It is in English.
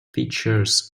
features